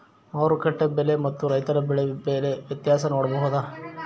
ಮಾರುಕಟ್ಟೆ ಬೆಲೆ ಮತ್ತು ರೈತರ ಬೆಳೆ ಬೆಲೆ ವ್ಯತ್ಯಾಸ ನೋಡಬಹುದಾ?